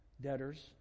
debtors